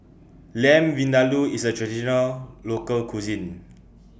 Lamb Vindaloo IS A Traditional Local Cuisine